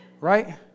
right